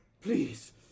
please